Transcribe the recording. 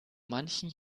manchen